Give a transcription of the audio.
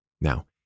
Now